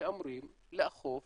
שאמורים לאכוף